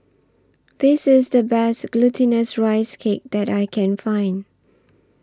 This IS The Best Glutinous Rice Cake that I Can Find